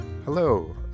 Hello